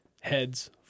heads